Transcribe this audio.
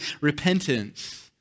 repentance